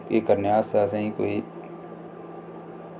एह् करने आस्तै असें ई कोई